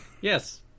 Yes